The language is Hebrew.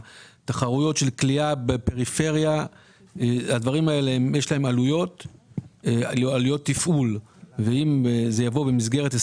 הוא רציונל שאומר שבגלל שהוגדל הסכום עבור הסכמי